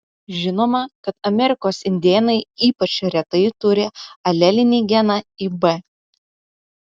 žinoma kad amerikos indėnai ypač retai turi alelinį geną ib